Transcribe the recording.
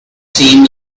seem